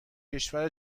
کشور